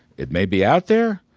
it may be out there.